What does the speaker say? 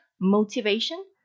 motivation